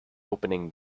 opening